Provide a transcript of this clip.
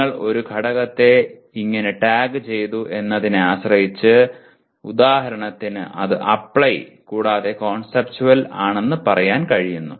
നിങ്ങൾ ഒരു ഘടകത്തെ എങ്ങനെ ടാഗുചെയ്തു എന്നതിനെ ആശ്രയിച്ച് ഉദാഹരണത്തിന് ഇത് അപ്ലൈ കൂടാതെ കോൺസെപ്റ്റുവൽ ആണെന്ന് ഞാൻ പറയുന്നു